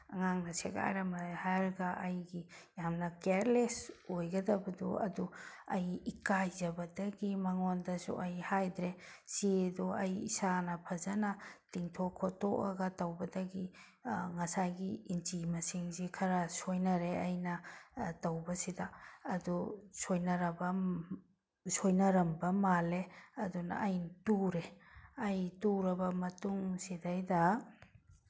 ꯑꯉꯥꯡꯅ ꯁꯦꯒꯥꯏꯔꯝꯃꯦ ꯍꯥꯏꯔꯒ ꯑꯩꯒꯤ ꯌꯥꯝꯅ ꯀꯦꯌꯥꯔꯂꯦꯁ ꯑꯣꯏꯒꯗꯕꯗꯨ ꯑꯗꯨ ꯑꯩ ꯏꯀꯥꯏꯖꯕꯗꯒꯤ ꯃꯉꯣꯟꯗꯁꯨ ꯑꯩ ꯍꯥꯏꯗ꯭ꯔꯦ ꯆꯦꯗꯣ ꯑꯩ ꯏꯁꯥꯅ ꯐꯖꯅ ꯇꯤꯡꯊꯣꯛ ꯈꯣꯇꯣꯛꯑꯒ ꯇꯧꯕꯗꯒꯤ ꯉꯁꯥꯏꯒꯤ ꯏꯟꯆꯤ ꯃꯁꯤꯡꯁꯤ ꯈꯔ ꯁꯣꯏꯅꯔꯦ ꯑꯩꯅ ꯇꯧꯕꯁꯤꯗ ꯑꯗꯨ ꯁꯣꯏꯅꯔꯕ ꯁꯣꯏꯅꯔꯝꯕ ꯃꯥꯜꯂꯦ ꯑꯗꯨꯅ ꯑꯩ ꯇꯨꯔꯦ ꯑꯩ ꯇꯨꯔꯕ ꯃꯇꯨꯡꯁꯤꯗꯩꯗ